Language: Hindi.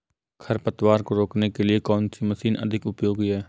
खरपतवार को रोकने के लिए कौन सी मशीन अधिक उपयोगी है?